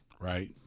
right